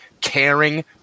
caring